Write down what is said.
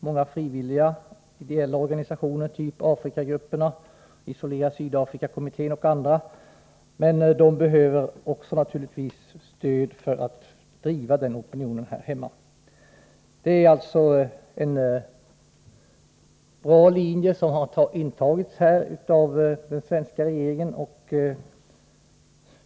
Många frivilliga ideella organisationer, typ Afrikagrupperna eller Isolera Sydafrika-kommittén, sköter på ett mycket bra sätt sådana frågor. Naturligtvis behöver också de stöd för att kunna driva den opinionen här hemma. Det är alltså en bra linje som den svenska regeringen i detta avseende valt.